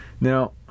Now